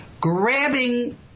grabbing